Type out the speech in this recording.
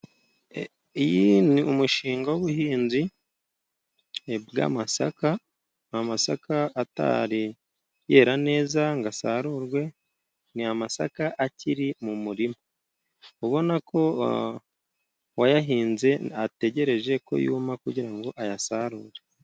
Iyi ni umushinga w'ubuhinzi bw'amasaka, ni amasaka atari yera neza ngo asarurwe, ni amasaka akiri mu murima. Ubona ko uwayahinze ategereje ko yuma kugira ngo ayasarure.